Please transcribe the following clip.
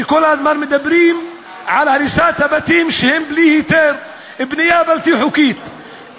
שכל הזמן מדברים על הריסת הבתים שהם בלי היתר ובנייה בלתי חוקית,